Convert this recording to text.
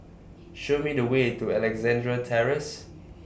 Show Me The Way to Alexandra Terrace